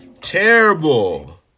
Terrible